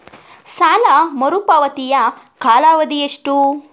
ಸಾಲ ಮರುಪಾವತಿಯ ಕಾಲಾವಧಿ ಎಷ್ಟು?